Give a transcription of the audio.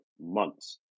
months